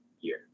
year